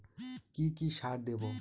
কি কি সার দেবো?